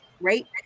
right